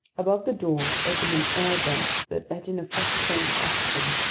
above the door opened an air vent that let in a fresh current of oxygen,